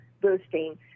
boosting